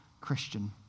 Christian